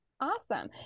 Awesome